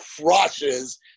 crushes